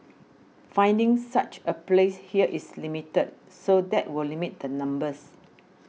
finding such a place here is limited so that will limit the numbers